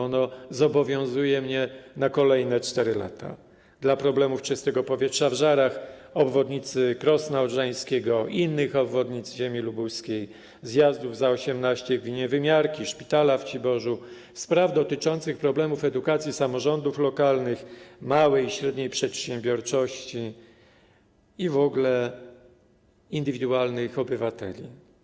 Ono zobowiązuje mnie na kolejne 4 lata w przypadku problemów czystego powietrza w Żarach, obwodnicy Krosna Odrzańskiego, innych obwodnic ziemi lubuskiej, zjazdów z A18 w gminie Wymiarki, szpitala w Ciborzu, spraw dotyczących problemów edukacji samorządów lokalnych, małej i średniej przedsiębiorczości i w ogóle indywidualnych obywateli.